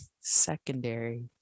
secondary